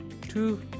two